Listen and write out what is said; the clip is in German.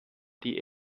die